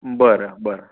बरं बरं